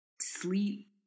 sleep